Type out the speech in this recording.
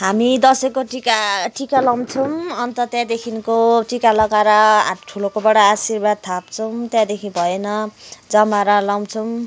हामी दसैँको टिका टिका लाउछौँ अन्त त्यहाँदेखिको टिका लगाएर ठुलोकोबाट आशिर्वाद थाप्छौँ त्यहाँदेखि भएन जमारा लाउँछौँ